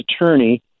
attorney